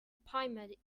pimped